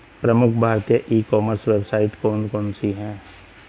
प्रमुख भारतीय e commerce website कौन कौन सी हैं?